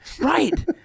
Right